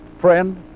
Friend